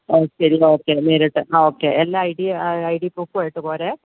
ഓ ശരി ഓക്കെ നേരിട്ട് ഓക്കെ എല്ലാ ഐ ഡി ഐ ഡി പ്രൂഫുമായിട്ട് പോരേ